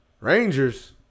Rangers